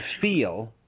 feel